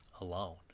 alone